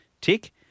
tick